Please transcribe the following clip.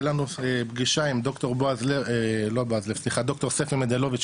הייתה לנו פגישה עם דוקטור ספי מדלוביץ,